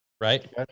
Right